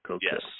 Yes